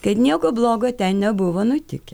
kad nieko blogo ten nebuvo nutikę